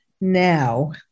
now